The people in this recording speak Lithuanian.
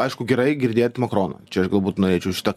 aišku gerai girdėt makroną čia aš galbūt norėčiau šitą